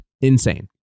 Insane